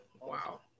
wow